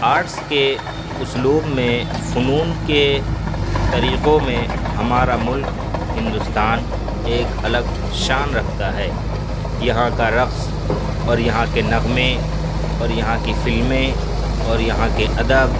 arts کے اسلوب میں فنون کے طریقوں میں ہمارا ملک ہندوستان ایک الگ شان رکھتا ہے یہاں کا رقص اور یہاں کے نغمے اور یہاں کی فلمیں اور یہاں کے ادب